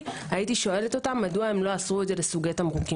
הייתי שואלת אותם מדוע לא עשו זאת בסוגי תמרוקים.